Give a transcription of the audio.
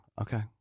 Okay